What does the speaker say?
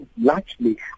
largely